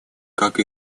как